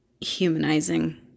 humanizing